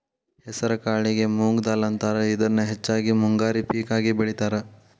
ಹೆಸರಕಾಳಿಗೆ ಮೊಂಗ್ ದಾಲ್ ಅಂತಾರ, ಇದನ್ನ ಹೆಚ್ಚಾಗಿ ಮುಂಗಾರಿ ಪೇಕ ಆಗಿ ಬೆಳೇತಾರ